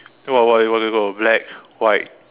then what what what you got black white